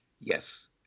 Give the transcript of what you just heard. Yes